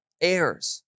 heirs